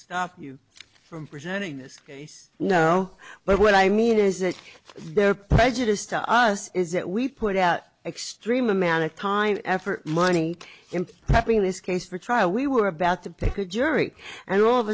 stop you from presenting this case no but what i mean is that their prejudice to us is that we put out extreme amount of time effort money in having this case for trial we were about to pick a jury and all of